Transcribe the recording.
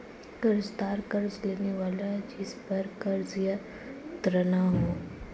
कर्ज़दार कर्ज़ लेने वाला जिसपर कर्ज़ या ऋण हो